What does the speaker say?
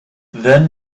then